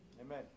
Amen